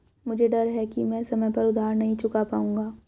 मुझे डर है कि मैं समय पर उधार नहीं चुका पाऊंगा